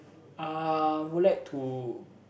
I would like to